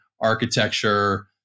architecture